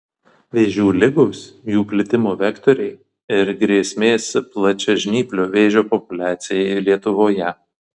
vėžių ligos jų plitimo vektoriai ir grėsmės plačiažnyplio vėžio populiacijai lietuvoje